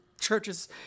churches